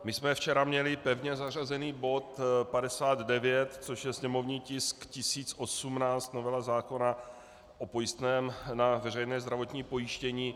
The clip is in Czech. My jsme včera měli pevně zařazený bod 59, což je sněmovní tisk 1018, novela zákona o pojistném na veřejné zdravotní pojištění.